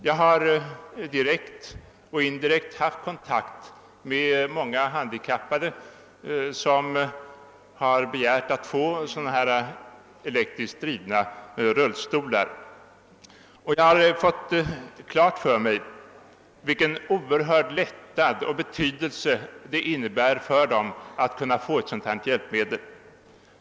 Jag har direkt och indirekt haft kontakt med många handikappade, som fått sådana här elektriskt drivna rullstolar, och därvid fått klart för mig vilken oerhörd lättnad det innebär för dessa människor att få ett sådant här hjälpmedel.